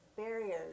barriers